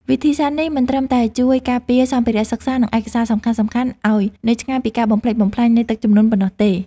វិធីសាស្ត្រនេះមិនត្រឹមតែជួយការពារសម្ភារៈសិក្សា និងឯកសារសំខាន់ៗឱ្យនៅឆ្ងាយពីការបំផ្លិចបំផ្លាញនៃទឹកជំនន់ប៉ុណ្ណោះទេ។